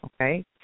Okay